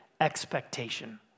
expectation